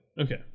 okay